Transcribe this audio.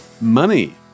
money